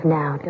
now